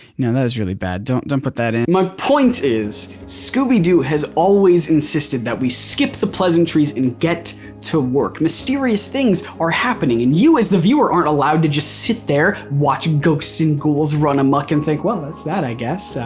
no, that was really bad, don't don't put that in. my point is scooby-doo has always insisted that we skip the pleasantries and get to work. mysterious things are happening and you as the viewer aren't allowed to just sit there, watching ghosts and ghouls run amuck and think, well, that's that i guess.